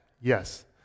yes